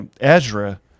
Ezra